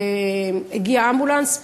והגיע אמבולנס.